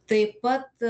taip pat